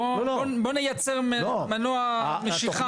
בואו נייצר מנוע משיכה --- לא,